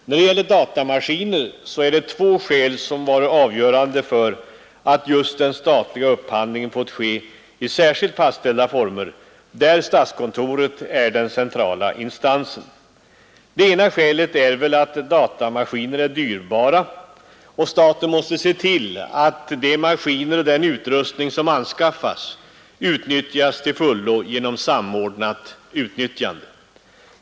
När det gäller datamaskiner, så är det två skäl som varit avgörande för att just den statliga upphandlingen fått ske i särskilt fastställda former, där statskontoret är den centrala instansen. Det ena skälet är väl att datamaskiner är dyrbara, och staten måste se till att de maskiner och den utrustning som anskaffas utnyttjas till fullo genom samordnat utnyttjande.